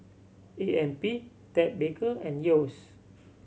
A M P Ted Baker and Yeo's